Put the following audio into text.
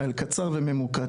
קצר וממוקד,